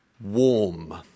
warm